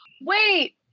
Wait